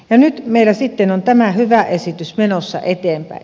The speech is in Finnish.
ja nyt meillä sitten on tämä hyvä esitys menossa eteenpäin